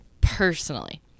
personally